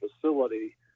facility